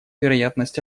вероятность